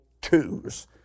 twos